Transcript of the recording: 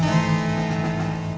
right